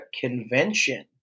convention